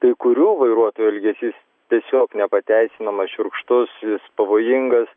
kai kurių vairuotojų elgesys tiesiog nepateisinamas šiurkštus jis pavojingas